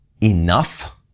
enough